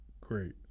great